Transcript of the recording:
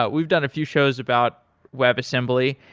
but we've done a few shows about web assembly,